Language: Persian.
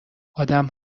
آدم